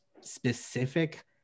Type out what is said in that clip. specific